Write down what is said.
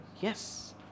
Yes